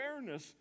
awareness